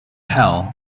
hell